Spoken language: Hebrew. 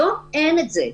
היום אין זה.